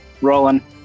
rolling